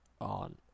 on